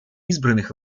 избранных